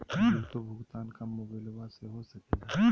Bill का भुगतान का मोबाइलवा से हो सके ला?